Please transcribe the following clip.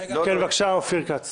בבקשה, אופיר כץ.